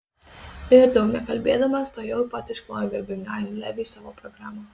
ir daug nekalbėdamas tuojau pat išklojo garbingajam leviui savo programą